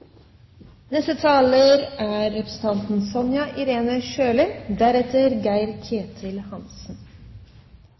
Neste taler er representanten Sonja Irene Sjøli,